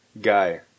guy